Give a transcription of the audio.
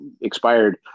expired